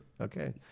Okay